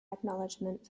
acknowledgement